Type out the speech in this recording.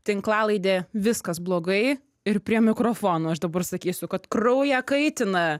tinklalaidė viskas blogai ir prie mikrofono aš dabar sakysiu kad kraują kaitina